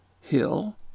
hill